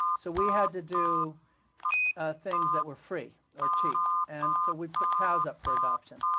so we had to do things that were free or cheap, and so we put cows up for adoption.